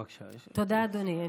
תודה, אדוני.